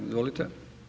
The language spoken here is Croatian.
Izvolite.